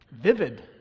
vivid